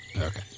Okay